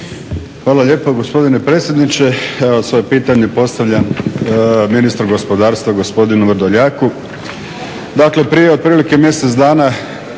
Hvala lijepo gospodine predsjedniče. Svoje pitanje postavljam ministru gospodarstva gospodinu Vrdoljaku. Dakle prije otprilike mjesec dana